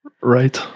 Right